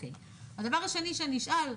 הדבר השני שאני אשאל,